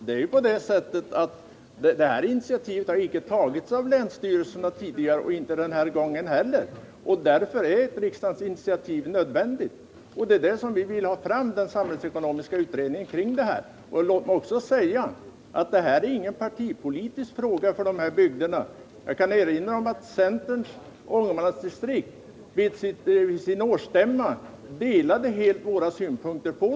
Herr talman! Något initiativ har tidigare icke tagits av länsstyrelserna — och inte heller denna gång. Därför är ett riksdagens initiativ nödvändigt. Det är därför vi vill ha fram en samhällsekonomisk utredning. Detta är ingen partipolitisk fråga för dessa bygder. Jag kan erinra om att centerns Ångermanlandsdistrikt vid sin årsstämma helt delade våra synpunkter.